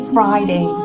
Friday